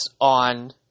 on